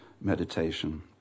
meditation